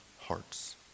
hearts